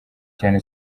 cyane